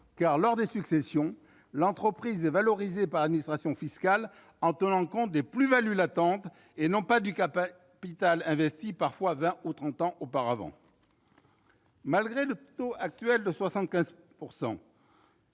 lors des successions, l'entreprise est valorisée par l'administration fiscale en tenant compte des plus-values latentes et non du capital investi parfois vingt ou trente ans auparavant. Malgré le taux actuel de 75 %,